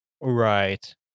Right